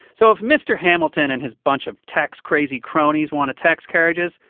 so if mr. hamilton and his bunch of tax-crazy cronies want to tax carriages,